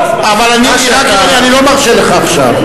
ניצן,